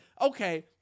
okay